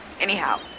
anyhow